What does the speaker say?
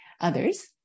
others